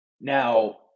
Now